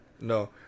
No